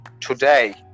today